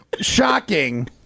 shocking